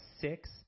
six